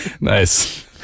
Nice